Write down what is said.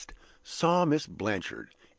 saw miss blanchard,